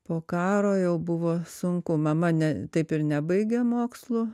po karo jau buvo sunku mama ne taip ir nebaigė mokslų